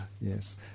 Yes